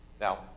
Now